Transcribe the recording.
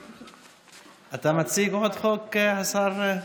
אתה מציג עוד חוק, השר?